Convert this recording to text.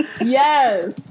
Yes